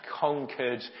conquered